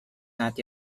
not